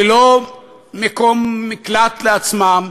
ללא מקום מקלט לעצמם,